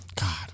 God